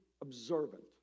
observant